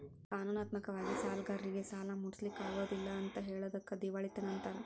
ಕಾನೂನಾತ್ಮಕ ವಾಗಿ ಸಾಲ್ಗಾರ್ರೇಗೆ ಸಾಲಾ ಮುಟ್ಟ್ಸ್ಲಿಕ್ಕಗೊದಿಲ್ಲಾ ಅಂತ್ ಹೆಳೊದಕ್ಕ ದಿವಾಳಿತನ ಅಂತಾರ